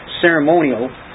ceremonial